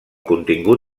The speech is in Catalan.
contingut